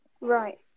Right